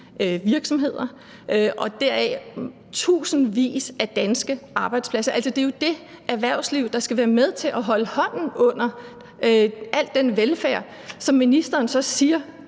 virksomheder og deraf i tusindvis af danske arbejdspladser. Det er jo det erhvervsliv, der skal være med til at holde hånden under al den velfærd, som ministeren så siger